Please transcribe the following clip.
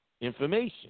information